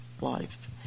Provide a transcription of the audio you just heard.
life